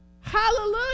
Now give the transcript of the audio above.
Hallelujah